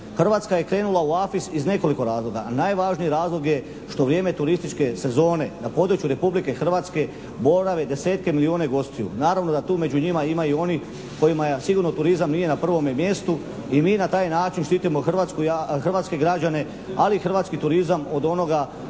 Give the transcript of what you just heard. Hrvatska je krenula u AFIS iz nekoliko razloga. Najvažniji razlog je što u vrijeme turističke sezone na području Republike Hrvatske boravi desetke milijune gostiju. Naravno da tu među njima i onih kojima je sigurno turizam nije na prvome mjestu i mi na taj način štitimo hrvatske građane, ali i hrvatski turizam od onoga